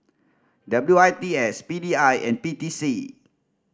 W I T S P D I and P T C